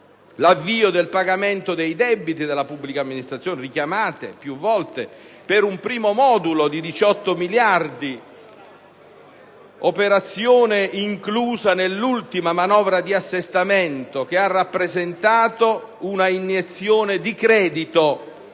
l'avvio del pagamento dei debiti delle pubbliche amministrazioni, richiamato più volte, per un primo modulo di 18 miliardi, operazione inclusa nell'ultima manovra di assestamento, che ha rappresentato un'iniezione di credito